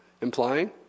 Implying